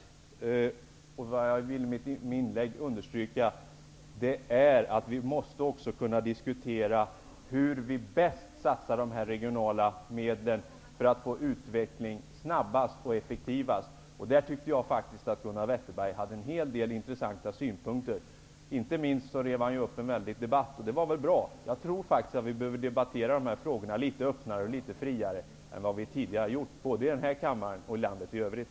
Det jag med mitt inlägg vill understryka är att vi också måste kunna diskutera hur vi bäst satsar de regionala medlen för att snabbast och effektivast få utveckling. Där tycker jag faktiskt att Gunnar Wetterberg hade en hel del intressanta synpunkter. Inte minst rev han upp en väldig debatt, och det var bra. Jag tror faktiskt att vi behöver debattera dessa frågor litet öppnare och friare än tidigare både här i kammaren och i landet i övrigt.